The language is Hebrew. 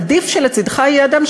עדיף שלצדך יהיה אדם,